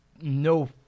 no